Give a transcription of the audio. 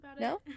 no